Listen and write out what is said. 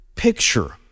picture